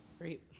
Great